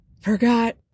forgot